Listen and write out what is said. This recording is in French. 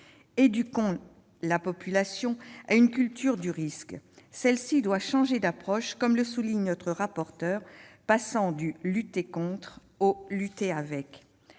Éduquons la population à une culture du risque. Il convient de changer d'approche, comme le souligne notre rapporteure, et passer du « lutter contre » au « vivre avec ».